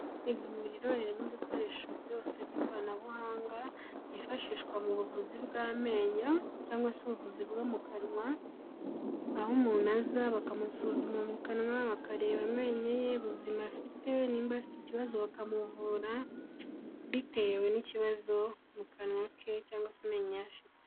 Ivuriro ririmo ibikoresho byose by'ikoranabuhanga byifashishwa mu buvuzi bw'amenyo cyangwa se ubuvuzi bwo mu kanwa aho umuntu aza bakamusuzuma mu kanwa bakareba amenyo ubuzima afite niba afite ikibazo bakamuvura bitewe n'ikibazo mu kanwa ke cyangwa amenyo afite.